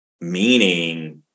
meaning